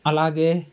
అలాగే